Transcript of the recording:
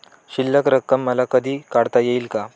शिल्लक रक्कम मला कधी काढता येईल का?